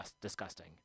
disgusting